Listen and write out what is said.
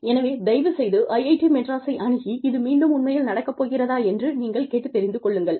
எனவே தயவுசெய்து IIT மெட்ராஸை அணுகி இது மீண்டும் உண்மையில் நடக்கப்போகிறதா என்று நீங்கள் கேட்டுத் தெரிந்து கொள்ளுங்கள்